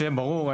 שיהיה ברור,